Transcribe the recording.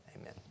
amen